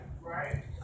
Right